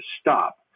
stop